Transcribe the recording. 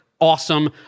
awesome